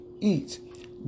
eat